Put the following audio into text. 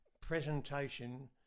presentation